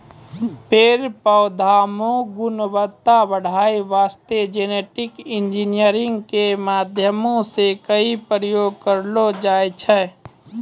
पेड़ पौधा मॅ गुणवत्ता बढ़ाय वास्तॅ जेनेटिक इंजीनियरिंग के माध्यम सॅ कई प्रयोग करलो जाय छै